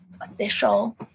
official